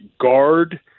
guard